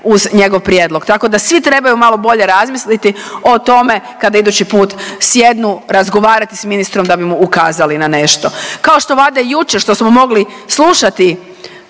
uz njegov prijedlog. Tako da svi trebaju malo bolje razmisliti o tome kada idući put sjednu razgovarati s ministrom da bi mu ukazali na nešto. Kao što valjda jučer što smo mogli slušati